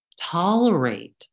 tolerate